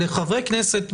לחברי כנסת,